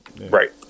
Right